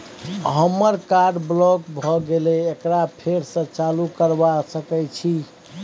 हमर card block भ गेले एकरा फेर स चालू करबा सके छि?